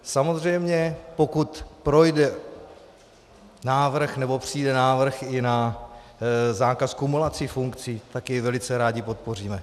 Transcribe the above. Samozřejmě pokud projde návrh nebo přijde návrh i na zákaz kumulaci funkcí, tak jej velice rádi podpoříme.